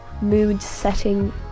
Mood-setting